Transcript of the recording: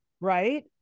Right